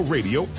Radio